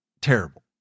terrible